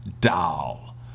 Doll